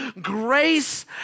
Grace